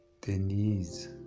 Denise